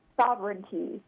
sovereignty